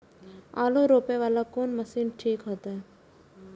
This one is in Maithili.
आलू रोपे वाला कोन मशीन ठीक होते?